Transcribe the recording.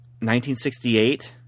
1968